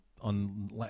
on